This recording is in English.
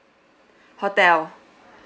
hotel